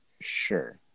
Sure